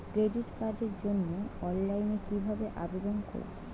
Credit কার্ডের জন্য অনলাইনে কিভাবে আবেদন করব?